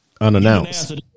Unannounced